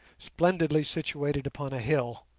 splendidly situated upon a hill,